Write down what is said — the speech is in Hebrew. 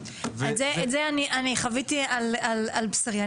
את זה אני חוויתי על בשרי,